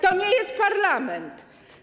To nie jest parlament.